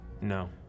No